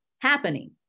happening